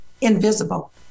invisible